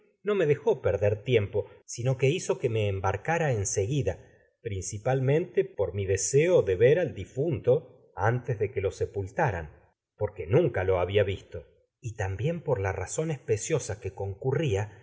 no me dejó perder tiempo sino que hizo que me embarcara ver en seguida principalmente antes por mi deseo de al difunto de que lo sepultaran por porque razón nunca lo había visto que y también yo la ser especiosa concurría